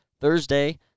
Thursday